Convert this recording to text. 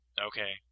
Okay